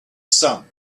sun